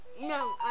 no